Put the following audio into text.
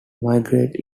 migrate